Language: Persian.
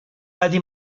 بدی